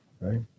right